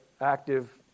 active